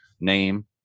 name